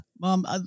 mom